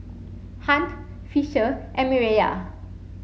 Hunt Fisher and Mireya